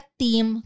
team